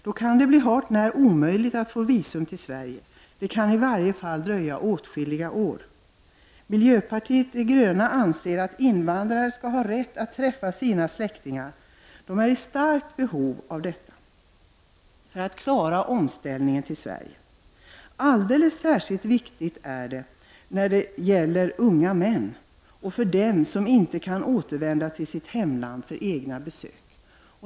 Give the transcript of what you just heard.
Då kan det bli hart när omöjligt att få visum till Sverige — det kan i varje fall dröja åtskilliga år. Miljöpartiet de gröna anser att invandrare skall ha rätt att träffa sina släktingar. De är i starkt behov av detta för att klara omställningen i Sverige. Det är särskilt viktigt när det gäller unga män och de som inte kan återvända till sitt hemland för egna besök.